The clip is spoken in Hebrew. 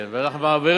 כן, אני אמרתי